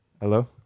Hello